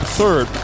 third